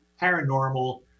paranormal